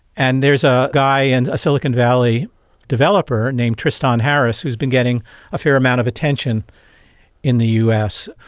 and there's a guy, and a silicon valley developer named tristan harris who has been getting a fair amount of attention in the us,